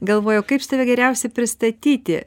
galvoju kaip čia tave geriausiai pristatyti